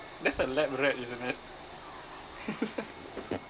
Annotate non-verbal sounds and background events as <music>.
that's a lab rat isn't it <laughs>